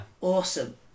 awesome